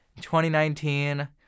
2019